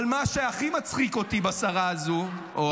אבל מה שהכי מצחיק אותי בשרה הזו או